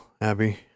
Abby